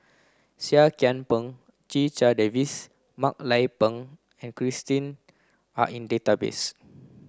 Seah Kian Peng Checha Davies Mak Lai Peng and Christine are in the database